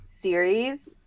series